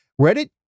Reddit